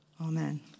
Amen